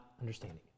understanding